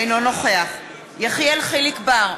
אינו נוכח יחיאל חיליק בר,